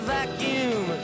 vacuum